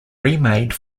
remade